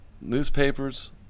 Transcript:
newspapers